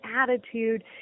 attitude